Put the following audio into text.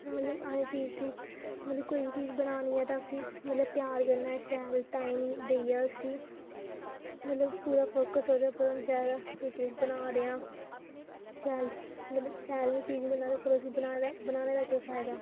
मतलब असें चीज दी कोई बी चीज बनानी होऐ ते उसी मतलब प्यार कन्नै शैल टाइम देइयै उसी मतलब पूरा फोक्स ओह्दे पर होना चाहिदा कोई चीज बना दे आं शैल मतलब शैल निं चीज बनै ते फिर उसी बनाने दा बनाने दा केह् फायदा